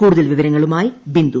കൂടുതൽ വിവരങ്ങളുമായി ബിന്ദു